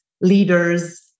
leaders